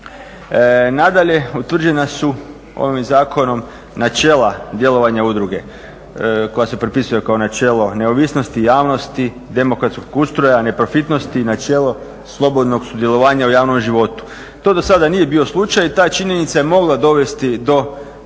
Nadalje, utvrđena su ovim zakonom načela djelovanja udruge koja se propisuje kao načelo neovisnosti, javnosti, demokratskog ustroja, neprofitnosti, načelo slobodnog sudjelovanja u javnom životu. To do sada nije bio slučaj, i ta činjenica je mogla dovesti do problema